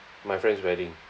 my friend's wedding